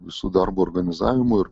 visų darbo organizavimu ir